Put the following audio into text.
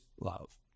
love